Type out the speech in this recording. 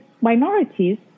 minorities